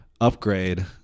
upgrade